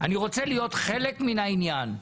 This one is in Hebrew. אני רוצה להיות חלק מן העניין.